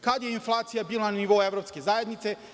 Kada je inflacija bila na nivou evropske zajednice?